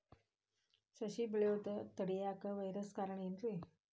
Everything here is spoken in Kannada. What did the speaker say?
ಸಸಿ ಬೆಳೆಯುದ ತಡಿಯಾಕ ವೈರಸ್ ಕಾರಣ ಏನ್ರಿ?